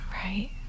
Right